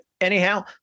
anyhow